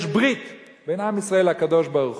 יש ברית בין עם ישראל לקדוש-ברוך-הוא,